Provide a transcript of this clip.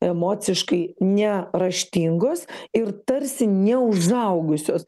emociškai neraštingos ir tarsi neužaugusios